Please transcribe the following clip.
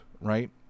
right